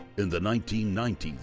in the nineteen ninety